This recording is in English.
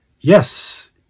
Yes